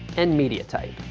and media type.